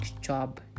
job